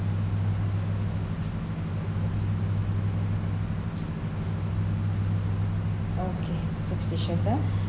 okay six dishes ah